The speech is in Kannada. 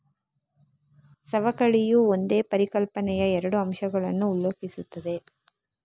ಸವಕಳಿಯು ಒಂದೇ ಪರಿಕಲ್ಪನೆಯ ಎರಡು ಅಂಶಗಳನ್ನು ಉಲ್ಲೇಖಿಸುತ್ತದೆ